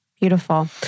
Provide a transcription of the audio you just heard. beautiful